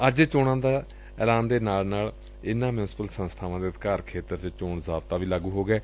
ਅੱਜ ਚੋਣਾਂ ਦੇ ਐਲਾਨ ਦੇ ਨਾਲ ਹੀ ਇਨਾਂ ਮਿਉਂਸਪਲ ਸੰਸਬਾਵਾਂ ਦੇ ਅਧਿਕਾਰ ਖੇਤਰ ਚ ਚੋਣ ਜ਼ਾਬਤਾ ਲਾਗੁ ਹੋ ਗਿਐ